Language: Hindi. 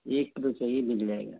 एक किलो चाहिए मिल जाएगा